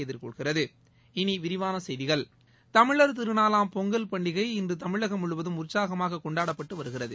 எதிர்கொள்கிறது இனி விரிவான செய்திகள் தமிழர் திருநாளாம் பொங்கல் பண்டிகை இன்று தமிழகம் முழுவதும் உற்சாகமாக கொண்டாடப்பட்டு வருகிறது